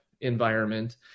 environment